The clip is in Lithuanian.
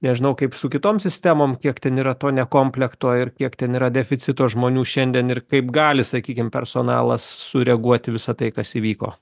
nežinau kaip su kitom sistemom kiek ten yra to nekomplekto ir kiek ten yra deficito žmonių šiandien ir kaip gali sakykim personalas sureaguot į visa tai kas įvyko